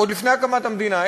עוד לפני הקמת המדינה,